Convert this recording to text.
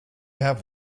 have